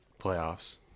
Playoffs